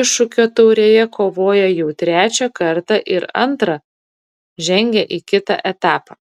iššūkio taurėje kovoja jau trečią kartą ir antrą žengė į kitą etapą